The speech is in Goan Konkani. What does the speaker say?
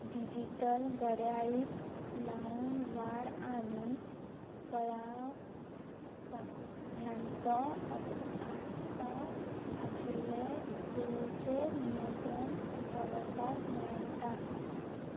डिजिटल घड्याळीक लावून वाड आनी कळाव ह्यांचो आसपाव आशिल्ले वेळेचे नियंत्रण दवरपाक मेळटा